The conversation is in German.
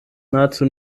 nahezu